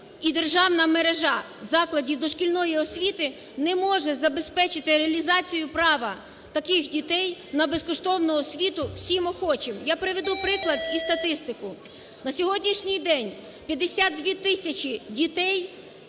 державна мережа закладів дошкільної освіти не може забезпечити реалізацію права таких дітей на безкоштовну освіту всім охочим. Я приведу приклад і статистику. На сьогоднішній день 52 тисяч дітей